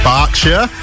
Berkshire